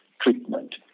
treatment